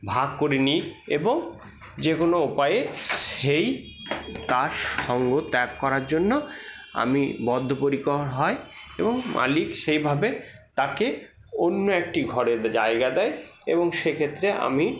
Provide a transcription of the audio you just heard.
ভাগ করে নিই এবং যে কোনো উপায়ে সেই তার সঙ্গ ত্যাগ করার জন্য আমি বদ্ধপরিকর হয় এবং মালিক সেইভাবে তাকে অন্য একটি ঘরে জায়গা দেয় এবং সেক্ষেত্রে আমি